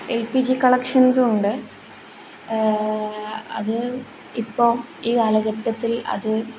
L P G കണക്ഷൻസും ഉണ്ട് അത് ഇപ്പം ഈ കാലഘട്ടത്തിൽ അത്